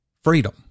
freedom